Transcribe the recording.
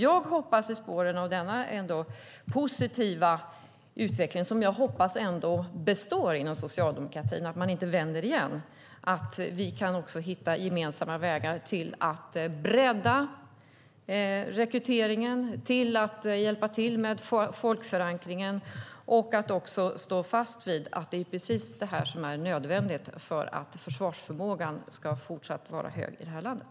Jag hoppas att vi i spåren av denna ändå positiva utveckling - jag hoppas att den består inom socialdemokratin och att man inte vänder igen - kan hitta gemensamma vägar till att bredda rekryteringen, hjälpa till med folkförankringen och stå fast vid att det är precis det här som är nödvändigt för att försvarsförmågan ska vara fortsatt hög i det här landet.